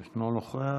אינו נוכח.